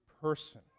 person